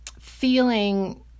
feeling